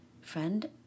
friend